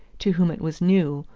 to whom it was new,